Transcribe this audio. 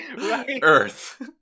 Earth